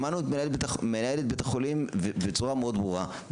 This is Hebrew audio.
שמענו את מנהלת בית החולים בצורה מאוד ברורה.